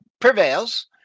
prevails